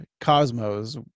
Cosmos